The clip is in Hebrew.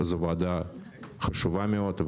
זו ועדה חשובה מאוד.